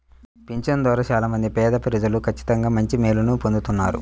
పింఛను ద్వారా చాలా మంది పేదప్రజలు ఖచ్చితంగా మంచి మేలుని పొందుతున్నారు